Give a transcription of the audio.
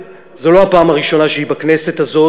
זו לא הפעם הראשונה שהיא בכנסת הזאת,